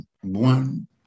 One